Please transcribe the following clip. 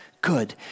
Good